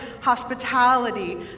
hospitality